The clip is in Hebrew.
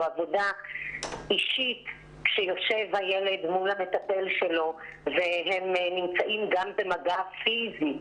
עבודה אישית כשיושב הילד מול המטפל שלו והם נמצאים גם במגע פיזי,